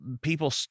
people